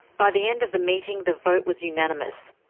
by the end of the meeting, the vote was unanimous.